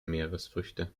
meeresfrüchte